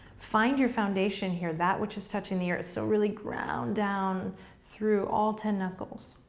find your foundation here, that which is touching the earth. so really ground down through all ten knuckles.